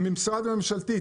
המשרד הממשלתי,